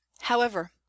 However—